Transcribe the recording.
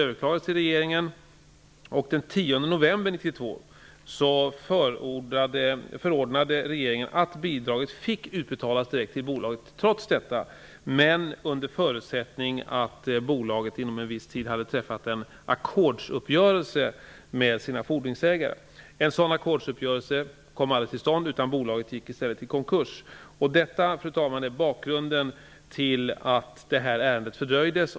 november 1992 förordnade regeringen att bidraget trots detta fick utbetalas direkt till bolaget, men under förutsättning att bolaget inom en viss tid hade träffat en ackordsuppgörelse med sina fordringsägare. En sådan ackordsuppgörelse kom aldrig till stånd, utan bolaget gick i stället i konkurs. Detta, fru talman, är bakgrunden till att det här ärendet fördröjdes.